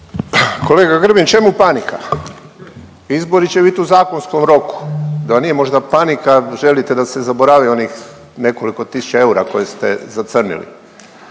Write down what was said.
Kolega Grbin čemu panika? Izbori će bit u zakonskom roku. Da vam nije možda panika, želite da se zaboravi onih nekoliko tisuća eura koje ste zacrnili?